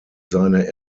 seine